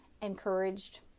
encouraged